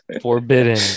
forbidden